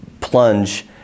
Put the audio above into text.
plunge